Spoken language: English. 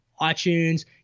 itunes